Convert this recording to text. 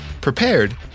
prepared